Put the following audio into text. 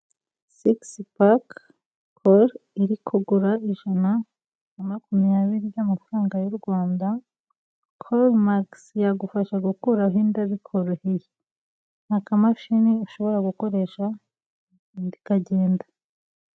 Six park core iri kugura ijana na makumyabiri by'amafaranga y'u Rwanda. Core max yagufasha gukuraho inda bikoroheye. N'akamashini ushobora gukoresha inda ikagenda .